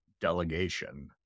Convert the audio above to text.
delegation